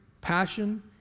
passion